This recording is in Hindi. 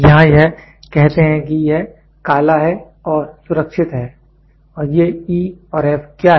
यहाँ यह कहते हैं कि यह काला है और सुरक्षित है और ये E और F क्या हैं